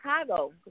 chicago